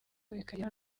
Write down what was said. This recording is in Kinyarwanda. bikagera